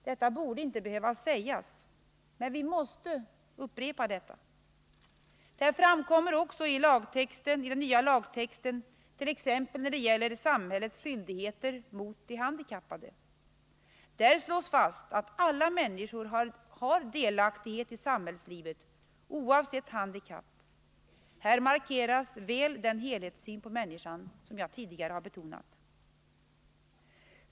Detta borde inte behöva sägas, men vi måste upprepa det. Detta framkommer också tydligt i den nya lagtexten, t.ex. när det gäller samhällets skyldigheter mot de handikappade. Där slås fast att alla människor har delaktighet i samhällslivet oavsett handikapp. Här markeras väl den helhetssyn på människan, som jag tidigare har betonat.